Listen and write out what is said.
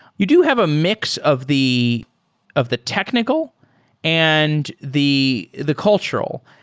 you do have a mix of the of the technical and the the cultural,